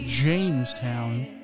Jamestown